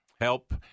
Help